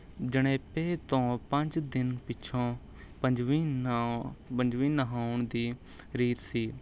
ਜਣੇਪੇ ਤੋਂ ਪੰਜ ਦਿਨ ਪਿੱਛੋਂ ਪੰਜਵੀਂ ਪੰਜਵੀਂ ਨਹਾਉਣ ਦੀ ਰੀਤ ਸੀ